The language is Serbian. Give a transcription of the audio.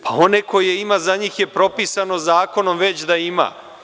Pa one za koje ima za njih je propisano zakonom već da ima.